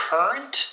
Current